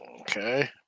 Okay